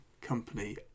company